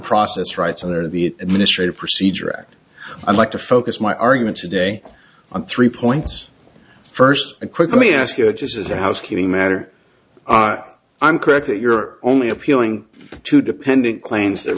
process rights under the administrative procedure act i'd like to focus my argument today on three points first a quick let me ask you just as a housekeeping matter i'm correct that you're only appealing to dependent claims that